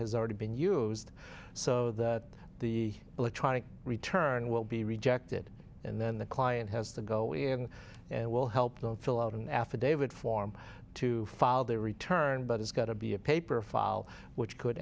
has already been use so that the electronic return will be rejected and then the client has to go in and will help them fill out an affidavit form to file their return but it's got to be a paper file which could